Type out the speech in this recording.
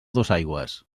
dosaigües